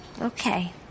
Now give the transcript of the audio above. Okay